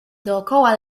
dookoła